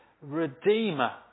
Redeemer